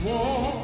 War